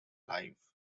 live